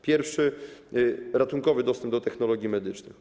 Pierwszy - ratunkowy dostęp do technologii medycznych.